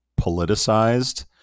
politicized